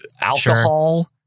alcohol